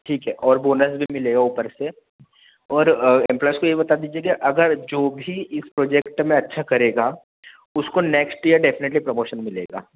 ठीक है और बोनस भी मिलेगा ऊपर से और इंटरेस्ट में यह बता दीजिए अगर जो भी इस प्रोजेक्ट में अच्छा करेगा उसको नेक्स्ट इयर डेफिनेटली प्रमोशन मिलेगा